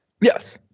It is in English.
Yes